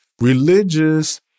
Religious